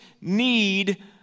need